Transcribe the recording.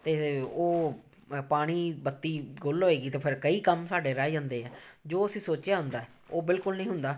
ਅਤੇ ਉਹ ਅ ਪਾਣੀ ਬੱਤੀ ਗੁੱਲ ਹੋਏਗੀ ਤਾਂ ਫਿਰ ਕਈ ਕੰਮ ਸਾਡੇ ਰਹਿ ਜਾਂਦੇ ਆ ਜੋ ਅਸੀਂ ਸੋਚਿਆ ਹੁੰਦਾ ਉਹ ਬਿਲਕੁਲ ਨਹੀਂ ਹੁੰਦਾ